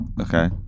Okay